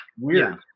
Weird